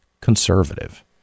conservative